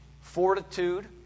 fortitude